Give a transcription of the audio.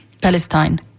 Palestine